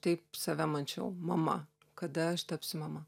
taip save mačiau mama kada aš tapsiu mama